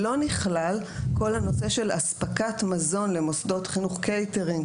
לא נכלל כל נושא אספקת מזון למוסדות חינוך קייטרינג